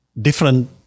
different